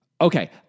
Okay